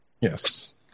Yes